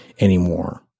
anymore